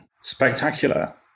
Spectacular